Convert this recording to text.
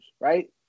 right